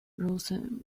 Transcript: rosen